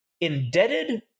Indebted